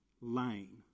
lane